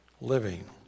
living